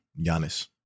Giannis